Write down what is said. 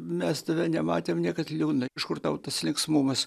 mes tave nematėm niekad liūdną iš kur tau tas linksmumas